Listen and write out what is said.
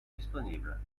disponibles